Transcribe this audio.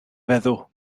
feddw